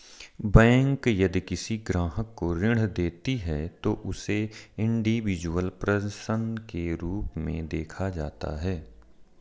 bank यदि किसी ग्राहक को ऋण देती है तो उसे इंडिविजुअल पर्सन के रूप में देखा जाता है